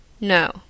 No